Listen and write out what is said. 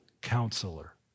counselor